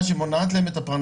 שנשמע שני דוברים מתחום